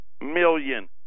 million